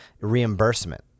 reimbursement